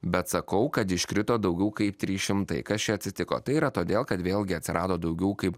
bet sakau kad iškrito daugiau kaip trys šimtai kas čia atsitiko tai yra todėl kad vėlgi atsirado daugiau kaip